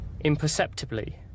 Imperceptibly